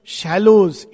shallows